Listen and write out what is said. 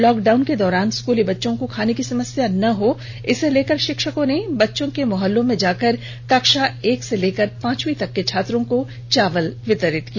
lock down के दौरान स्कूली बच्चों को खाने की समस्या ना हो इसको लेकर षिक्षकों ने बच्चों के मोहल्लों में जाकर कक्षा एक से लेकर पांचवी तक के छात्रों को चावल वितरित किया